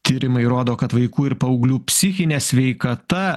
tyrimai rodo kad vaikų ir paauglių psichinė sveikata